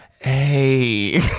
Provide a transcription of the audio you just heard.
hey